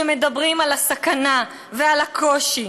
שמדברים על הסכנה והקושי,